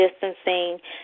distancing